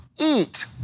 eat